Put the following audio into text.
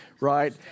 right